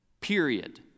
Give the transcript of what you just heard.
period